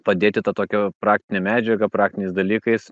padėti tą tokią praktinę medžiagą praktiniais dalykais